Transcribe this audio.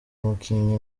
umukinnyi